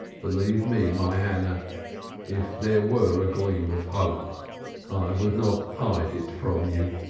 believe me, my hannah if there were a gleam of hope i would not hide it from you.